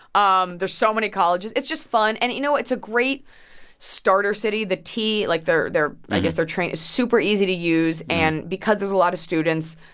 um there's so many colleges. it's just fun. and, you know, it's a great starter city. the t like, their their i guess their train is super easy to use. and because there's a lot of students,